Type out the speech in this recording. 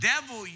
devil